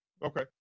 Okay